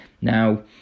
now